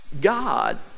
God